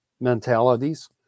mentalities